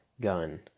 gun